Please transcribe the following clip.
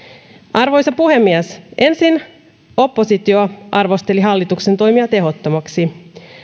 arvoisa puhemies ensin oppositio arvosteli hallituksen toimia tehottomiksi